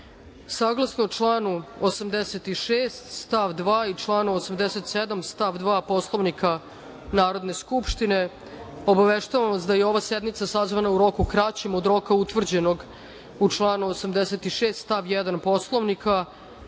Lazović. Saglasno članu 86. stav 2. i članu 87. stav 2. Poslovnika Narodne skupštine, obaveštavam vas da je ova sednica sazvana u roku kraćem od roka utvrđenog u članu 86. stav 1. Poslovnika,